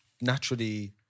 Naturally